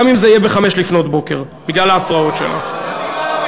גם אם זה יהיה ב-05:00 בגלל ההפרעות שלך.